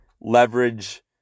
leverage